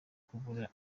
kubura